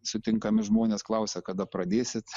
sutinkami žmonės klausia kada pradėsit